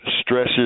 stresses